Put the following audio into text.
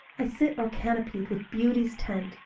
i sit o'ercanopied with beauty's tent,